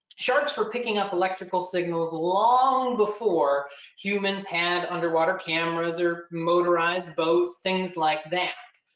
sharks we're picking up electrical signals long before humans had underwater cameras or motorized boats, things like that.